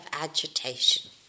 agitation